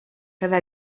quedà